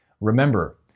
Remember